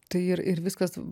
tai ir ir viskas